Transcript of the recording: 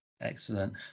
Excellent